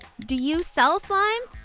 do you sell slime?